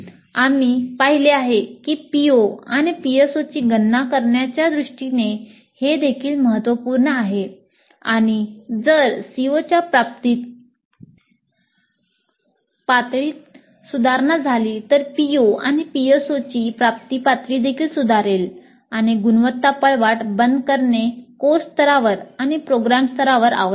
आम्ही पाहिले आहे की PO आणि PSOची गणना करण्याच्या दृष्टीने हे देखील महत्त्वपूर्ण आहे आणि जर सीओच्या प्राप्ती पातळीत सुधारणा झाली तर PO आणि PSOची प्राप्ती पातळी देखील सुधारेल आणि गुणवत्ता पळवाट बंद करणे कोर्स स्तरावर आणि प्रोग्राम स्तरावर आवश्यक आहे